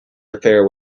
affair